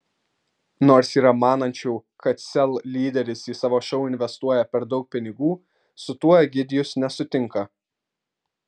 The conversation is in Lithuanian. nors yra manančių kad sel lyderis į savo šou investuoja per daug pinigų su tuo egidijus nesutinka